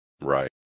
Right